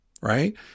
right